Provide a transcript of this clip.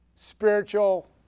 Spiritual